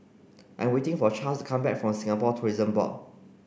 I'm waiting for Charles come back from Singapore Tourism Board